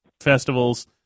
festivals